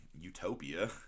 utopia